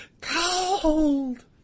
cold